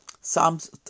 Psalms